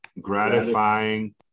Gratifying